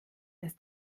dass